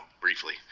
briefly